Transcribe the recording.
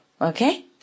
okay